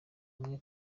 bawe